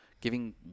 giving